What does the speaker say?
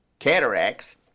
cataracts